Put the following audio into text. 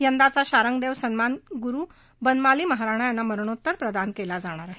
यंदाचा शार्खंदेव सन्मान गुरू बनमाली महाराणा यांना मरणोत्तर प्रदान केला जाणार आहे